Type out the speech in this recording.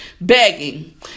Begging